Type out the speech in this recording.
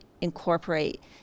incorporate